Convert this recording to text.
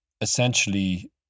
essentially